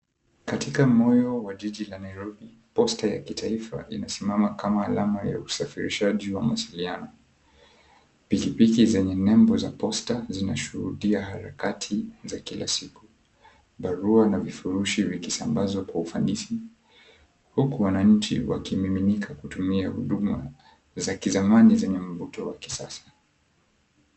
Katika moyo wa jiji la Nairobi posta ya kitaifa inasemama kama alama ya usafirishaji wa mawasiliano, pikipiki zenye nembo za posta zinashuhudia harakati za kila siku, barua na vifurushi vikisambazwa kwa ufanisi huku wananchi wakimiminika kutumia ya huduma za kizamani zenye mvuto wa kisasa.